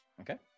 Okay